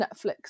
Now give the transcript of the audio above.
Netflix